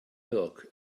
milk